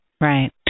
Right